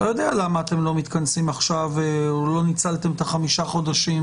אני לא יודע למה אתם לא מתכנסים עכשיו או לא ניצלתם את חמישה החודשים